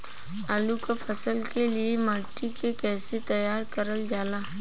आलू क फसल के लिए माटी के कैसे तैयार करल जाला?